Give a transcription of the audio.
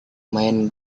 main